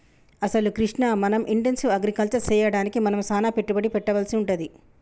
అసలు కృష్ణ మనం intensive agriculture సెయ్యడానికి మనం సానా పెట్టుబడి పెట్టవలసి వుంటది